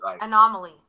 Anomaly